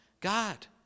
God